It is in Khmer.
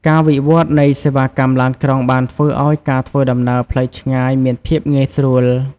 ការវិវត្តនៃសេវាកម្មឡានក្រុងបានធ្វើឱ្យការធ្វើដំណើរផ្លូវឆ្ងាយមានភាពងាយស្រួល។